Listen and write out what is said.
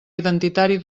identitari